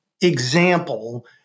example